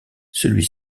celui